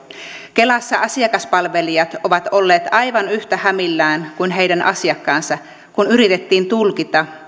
kelassa asiakaspalvelijat ovat olleet aivan yhtä hämillään kuin heidän asiakkaansa kun yritettiin tulkita